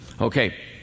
Okay